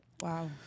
Wow